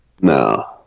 No